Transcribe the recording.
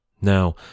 Now